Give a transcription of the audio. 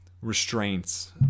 Restraints